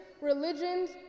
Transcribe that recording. religions